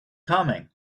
coming